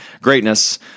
greatness